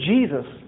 Jesus